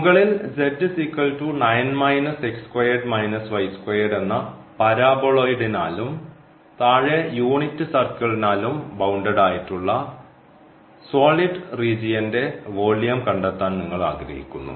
മുകളിൽ എന്ന പാരബോളോയിഡിനാലും താഴെ യൂണിറ്റ് സർക്കിൾ നാലും ബൌണ്ടഡ് ആയിട്ടുള്ള സോളിഡ് റീജിയൻറെ വോളിയം കണ്ടെത്താൻ നിങ്ങൾ ആഗ്രഹിക്കുന്നു